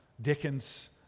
Dickens